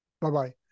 Bye-bye